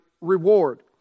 reward